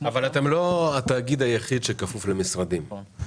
אבל אתם לא התאגיד היחיד שכפוף למשרדים,